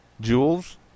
jewels